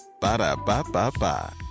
Ba-da-ba-ba-ba